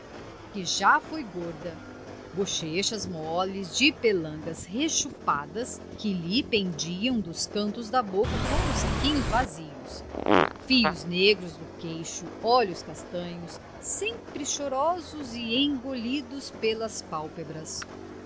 que já foi gorda bochechas moles de pelancas rechupadas que lhe pendiam dos cantos da boca como saquinhos vazios fios negros no queixo olhos castanhos sempre chorosos engolidos pelas pálpebras